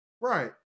Right